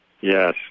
Yes